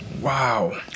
Wow